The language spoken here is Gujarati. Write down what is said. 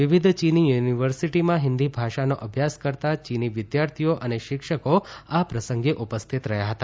વિવિધ ચીની યુનિવર્સિટીમાં હિન્દી ભાષાનો અભ્યાસ કરતાં ચીની વિદ્યાર્થીઓ અને શિક્ષકો આ પ્રસંગે ઉપસ્થિત રહ્યા હતા